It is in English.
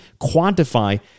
quantify